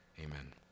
amen